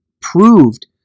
proved